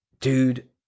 Dude